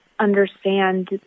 understand